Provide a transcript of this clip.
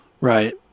Right